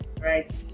right